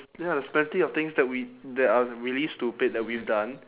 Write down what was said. ya there's plenty of things that we that are really stupid that we've done